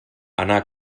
anar